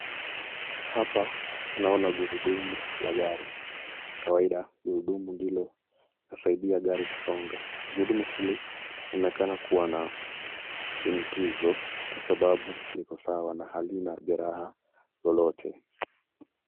Hapa tunaona gurudumu la gari. Kwa kawaida gurudumu ndilo linalosaidia gari kusonga. Gurudumu hili linaonekana kuwa na shinikizo kwa sababu liko sawa na halina jeraha lolote.